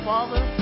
Father